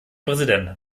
präsident